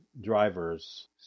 drivers